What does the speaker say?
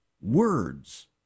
words